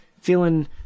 Feeling